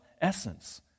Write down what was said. essence